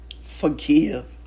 Forgive